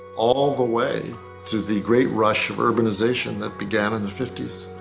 all the way to the great rush of urbanization that began in the fifty s.